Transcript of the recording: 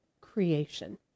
creation